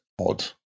odd